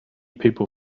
people